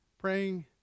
praying